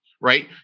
Right